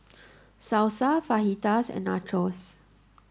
Salsa Fajitas and Nachos